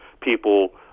people